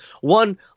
One